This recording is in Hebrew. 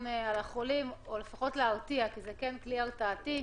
על החולים או לפחות להרתיע כי זה כלי הרתעתי,